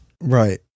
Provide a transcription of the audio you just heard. Right